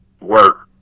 work